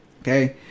Okay